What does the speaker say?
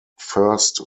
first